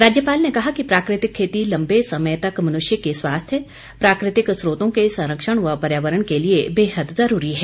राज्यपाल ने कहा कि प्राकृतिक खेती लंबे समय तक मनुष्य के स्वास्थ्य प्राकृतिक स्रोतों के संरक्षण व पर्यावरण के लिए बेहद जरूरी है